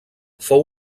fou